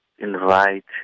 invite